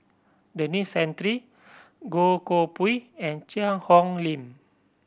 Denis Santry Goh Koh Pui and Cheang Hong Lim